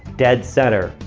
dead center.